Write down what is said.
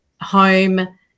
home